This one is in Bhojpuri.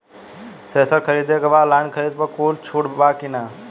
थ्रेसर खरीदे के बा ऑनलाइन खरीद पर कुछ छूट बा कि न?